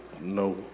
no